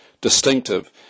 distinctive